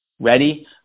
Ready